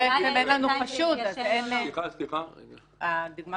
בדוגמה